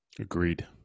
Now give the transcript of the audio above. Agreed